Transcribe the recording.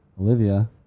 Olivia